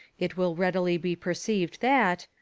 it will readily be perceived that,